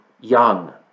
young